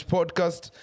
Podcast